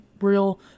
real